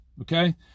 Okay